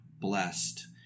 blessed